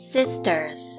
Sisters